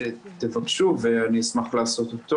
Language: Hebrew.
תבקשו ואני אשמח לתת.